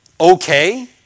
okay